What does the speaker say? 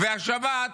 והשבת,